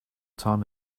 time